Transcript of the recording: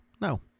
no